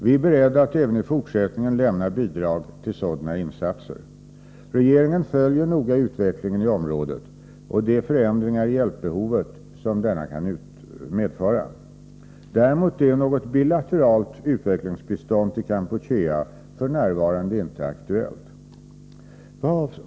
Vi är beredda att även i fortsättningen lämna bidrag till sådana insatser. Regeringen följer noga utvecklingen i området och de förändringar i hjälpbehovet som denna kan medföra. Däremot är något bilateralt utvecklingsbistånd till Kampuchea f.n. inte aktuellt.